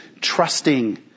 trusting